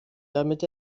damit